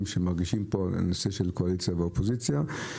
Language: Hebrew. שמרגישים פה קואליציה ואופוזיציה.